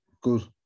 good